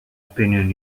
opinion